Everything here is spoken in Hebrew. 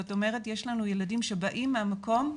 זאת אומרת, יש לנו ילדים שבאים מהמקום,